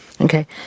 okay